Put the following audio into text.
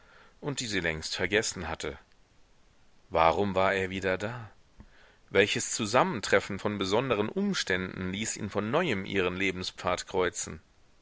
und die sie längst vergessen hatte warum war er wieder da welches zusammentreffen von besonderen umständen ließ ihn von neuem ihren